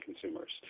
Consumers